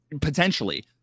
potentially